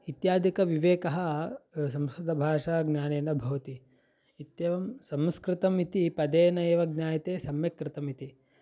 इत्यादिकविवेकः संस्कृतभाषाज्ञानेन भवति इत्येवं संस्कृतम् इति पदेन एव ज्ञायते सम्यक् कृतम् इति